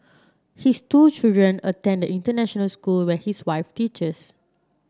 his two children attend the international school where his wife teaches